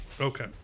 Okay